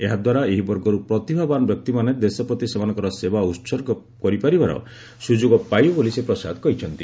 ଏହା ଦ୍ୱାରା ଏହି ବର୍ଗରୁ ପ୍ରତିଭାବାନ ବ୍ୟକ୍ତିମାନେ ଦେଶ ପ୍ରତି ସେମାନଙ୍କର ସେବା ଉହର୍ଗ କରିପାରିବାର ସୁଯୋଗ ପାଇବେ ବୋଲି ଶ୍ରୀ ପ୍ରସାଦ କହିଚ୍ଛନ୍ତି